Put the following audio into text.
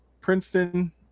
Princeton